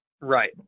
right